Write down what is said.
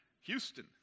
Houston